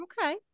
Okay